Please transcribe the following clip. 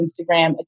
Instagram